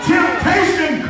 Temptation